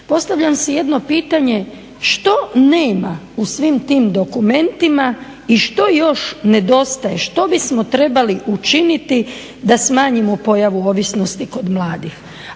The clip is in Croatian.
postavljam si jedno pitanje što nema u svim tim dokumentima i što još nedostaje, što bi smo trebali učiniti da smanjimo pojavu ovisnosti kod mladih.